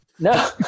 No